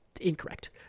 Incorrect